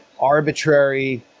arbitrary